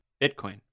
Bitcoin